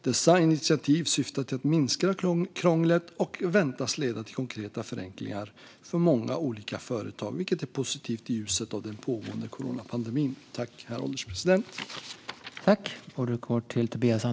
Dessa initiativ syftar till att minska krånglet och väntas leda till konkreta förenklingar för många olika företag, vilket är positivt i ljuset av den pågående coronapandemin.